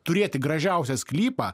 turėti gražiausią sklypą